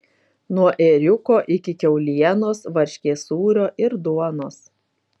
nuo ėriuko iki kiaulienos varškės sūrio ir duonos